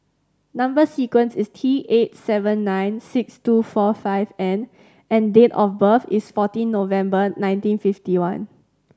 number sequence is T eight seven nine six two four five N and date of birth is fourteen November nineteen fifty one